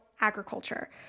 agriculture